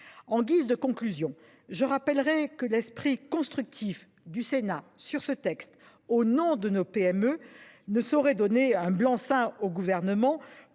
En guise de conclusion, je souligne que l’esprit constructif du Sénat sur ce texte, au nom de nos PME, ne saurait constituer un blanc seing pour le Gouvernement